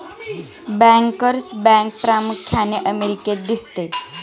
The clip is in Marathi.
बँकर्स बँक प्रामुख्याने अमेरिकेत दिसते